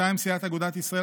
2. סיעת אגודת ישראל,